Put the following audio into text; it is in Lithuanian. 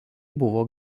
buvo